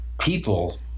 People